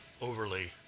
overly